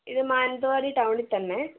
ഇത് മാനന്തവാടി ടൗണിൽ തന്നെ